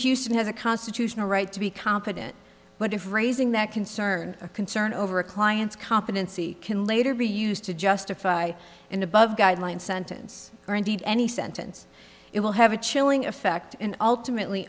houston has a constitutional right to be competent but if raising that concern a concern over a client's competency can later be used to justify in above guideline sentence or indeed any sentence it will have a chilling effect and ultimately